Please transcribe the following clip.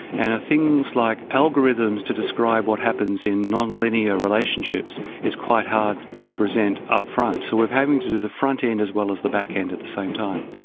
and the things like algorithms to describe what happens in non-linear relationships is quite hard to present upfront. so we're having to do the front end as well as the back end at the same time.